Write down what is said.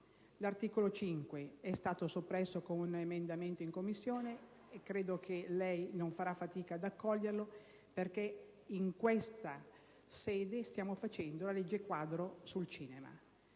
L'articolo 5 è stato soppresso con un emendamento in Commissione. Credo che lei non farà fatica ad accoglierlo, perché in questa sede stiamo facendo la legge quadro sul cinema.